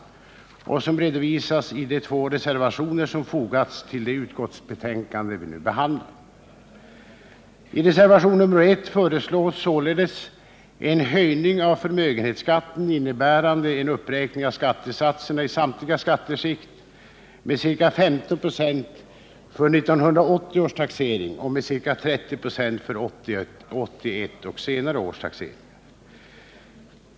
Den redovisas i de två reservationer som har fogats till det utskottsbetänkande vi nu behandlar. I reservationen 1 föreslås således en höjning av förmögenhetsskatten innebärande en uppräkning av skattesatserna i samtliga skatteskikt med ca 15 96 för 1980 års taxering och med ca 30 96 för 1981 och senare års taxeringar.